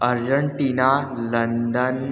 Argentina London